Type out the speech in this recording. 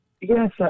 yes